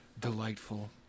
delightful